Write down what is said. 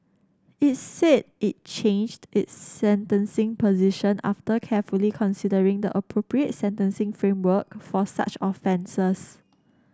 it said it changed its sentencing position after carefully considering the appropriate sentencing framework for such offences